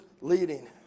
leading